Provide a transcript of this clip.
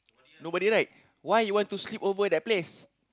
nobody right why you want to sleep over that place